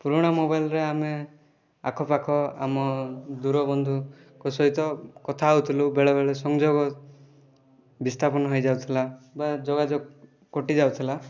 ପୁରୁଣା ମୋବାଇଲରେ ଆମେ ଆଖପାଖ ଆମ ଦୂର ବନ୍ଧୁଙ୍କ ସହିତ କଥା ହେଉଥିଲୁ ବେଳେବେଳେ ସଂଯୋଗ ବିସ୍ଥାପନ ହେଇଯାଉଥିଲା ବା ଯୋଗାଯୋଗ କଟିଯାଉଥିଲା